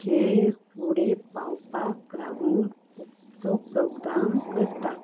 खेळ फुडें पावपाक लागून खुबसो प्रोग्राम करतात